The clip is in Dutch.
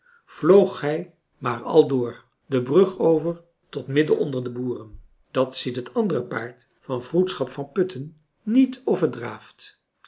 vloog hij maar al door de brug over tot midden onder de boeren dat ziet het andere paard van vroedschap van putten niet of het draaft